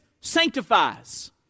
sanctifies